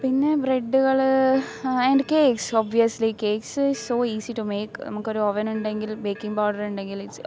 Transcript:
പിന്നെ ബ്രെഡ്കൾ and cakes obviously cakes so easy to make നമുക്കൊരോവനുണ്ടെങ്കിൽ ബെയ്ക്കിങ് പൗഡ്രറ്ണ്ടെങ്കിൽ ഇറ്റ് ഈസ്